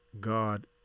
god